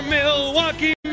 Milwaukee